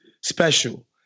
special